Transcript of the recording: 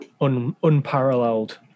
unparalleled